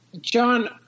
John